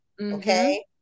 okay